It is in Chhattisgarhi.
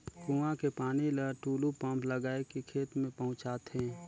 कुआं के पानी ल टूलू पंप लगाय के खेत में पहुँचाथे